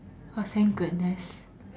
oh thank goodness